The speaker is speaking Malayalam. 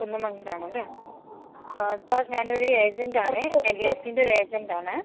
കുന്നമംഗലം ആണ് അല്ലെ ആ സർ ഞാൻ ഒരു ഏജൻറ്റ് ആണ് എൽ ഐ സീൻ്റെ ഒര് ഏജൻറ്റ് ആണ്